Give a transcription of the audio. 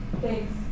Thanks